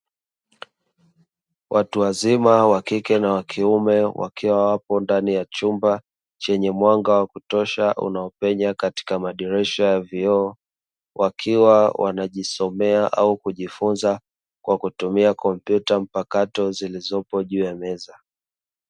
Watu wazima wa kike na wa kiume wakiwa wapo ndani ya chumba chenye mwanga wa kutosha unaopenya katika madirisha ya wakiwa wanajisomea au kujifunza kwa kutumia kompyuta mpakato zilizopo juu ya meza.